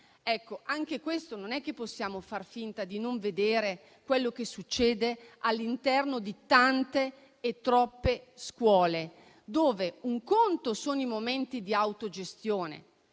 a questo, non possiamo far finta di non vedere quello che succede all'interno di tante e troppe scuole dove un conto sono i momenti di autogestione,